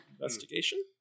Investigation